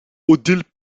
odile